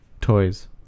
Toys